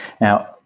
Now